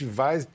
vai